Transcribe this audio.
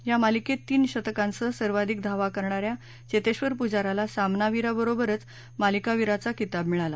या मालिकेत तीन शतकांसह सर्वाधिक धावा करणाऱ्या चेतेंबर पुजाराला सामनावीराबरोबरच मालिकावीराचा किताब मिळाला